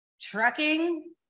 trucking